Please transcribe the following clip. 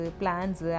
plans